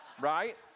right